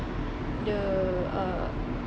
the uh